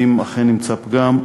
ואם אכן נמצא פגם,